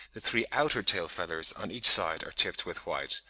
the three outer tail-feathers on each side are tipped with white,